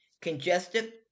Congestive